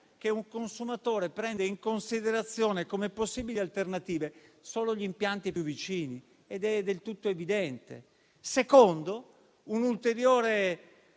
che un consumatore prende in considerazione come possibili alternative solo gli impianti più vicini, ed è del tutto evidente. In secondo luogo, un ulteriore